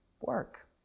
work